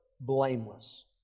blameless